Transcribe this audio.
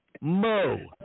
Mo